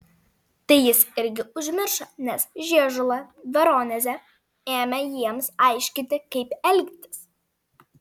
tai jis irgi užmiršo nes žiežula veronezė ėmė jiems aiškinti kaip elgtis